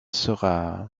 sera